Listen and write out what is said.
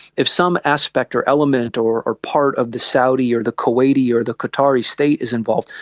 if some aspect or element or or part of the saudi or the kuwaiti or the qatari state is involved,